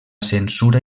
censura